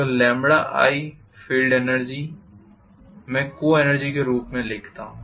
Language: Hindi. तो i- फील्ड एनर्जी मैं को एनर्जी के रूप में कहता हूं